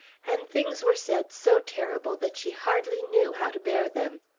and things were said so terrible that she hardly knew how to bear them.